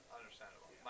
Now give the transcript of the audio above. understandable